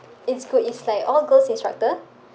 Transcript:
it's good it's like all girls instructor